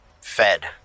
fed